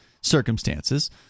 circumstances